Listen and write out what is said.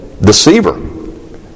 deceiver